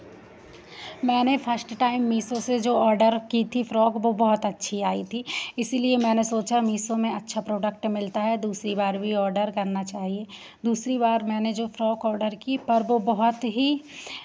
मैंने first time Meesho से जो ऑर्डर की थी फ़्रॉक वो बहुत अच्छी आई थी इसीलिए मैंने सोचा मीशो में अच्छा प्रोडक्ट मिलता है दूसरी बार भी ऑर्डर करना चाहिए दूसरी बार मैंने जो फ़्रॉक ऑर्डर की पर वो बहुत ही